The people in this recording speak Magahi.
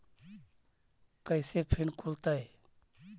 कैसे फिन खुल तय?